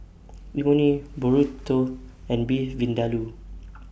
Imoni Burrito and Beef Vindaloo